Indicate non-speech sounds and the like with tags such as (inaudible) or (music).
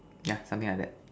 (noise) yeah something like that